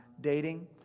dating